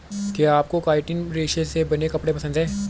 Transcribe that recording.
क्या आपको काइटिन रेशे से बने कपड़े पसंद है